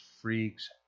freaks